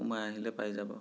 সোমাই আহিলে পাই যাব